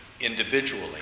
individually